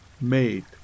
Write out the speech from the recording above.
made